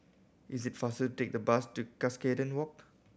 is it faster take the bus to Cuscaden Walk